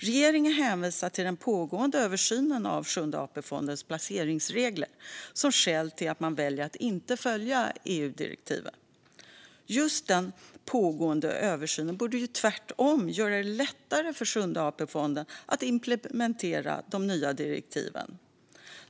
Regeringen hänvisar till den pågående översynen av Sjunde AP-fondens placeringsregler som skäl till att man väljer att inte följa EU-direktiven. Just den pågående översynen borde tvärtom göra det lättare för Sjunde AP-fonden att implementera de nya direktiven.